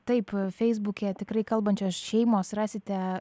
taip feisbuke tikrai kalbančios šeimos rasite